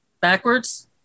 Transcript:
Backwards